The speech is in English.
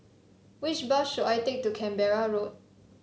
which bus should I take to Canberra Road